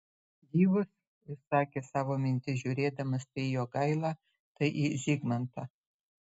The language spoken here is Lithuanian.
gyvus išsakė savo mintis žiūrėdamas tai į jogailą tai į zigmantą